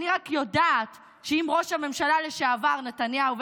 אני רק יודעת שאם ראש הממשלה לשעבר נתניהו,